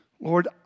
Lord